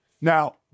Now